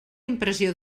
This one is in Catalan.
impressió